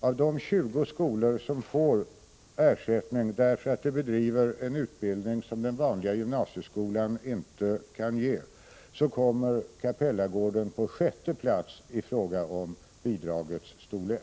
Av de 20 skolor som får ersättning, därför att de bedriver en utbildning som den vanliga gymnasieskolan inte kan ge, kommer Capellagården på sjätte plats i fråga om bidragets storlek.